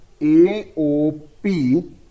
AOP